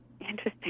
Interesting